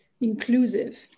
inclusive